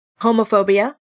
Homophobia